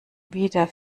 wieder